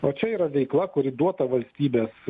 o čia yra veikla kuri duota valstybės